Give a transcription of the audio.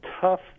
tough